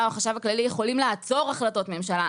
או החשב הכללי יכולים לעצור החלטות ממשלה,